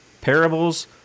Parables